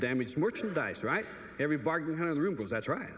damaged merchandise right every bargain hundred roubles that's right